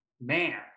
man